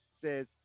says